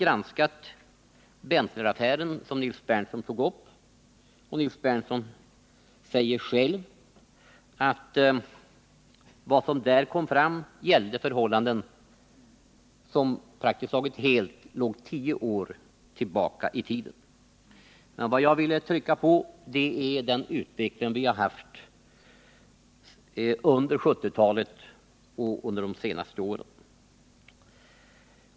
granskat Berntleraffären, som Nils Berndtson tog upp. Nils Berndtson säger själv att vad som där kom fram gällde material som praktiskt taget helt låg tio år tillbaka i tiden. Vad jag vill trycka på är den utveckling som vi har haft under 1970-talet, särskilt under de senaste åren.